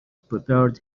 prepared